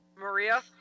Maria